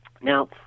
now